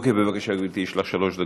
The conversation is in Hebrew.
אוקיי, בבקשה, גברתי, יש לך שלוש דקות.